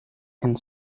and